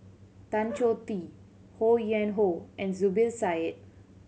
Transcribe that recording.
Tan Choh Tee Ho Yuen Hoe and Zubir Said